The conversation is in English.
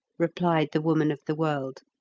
replied the woman of the world.